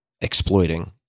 exploiting